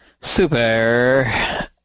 Super